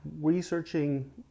researching